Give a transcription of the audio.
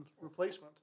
replacement